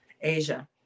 Asia